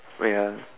oh yeah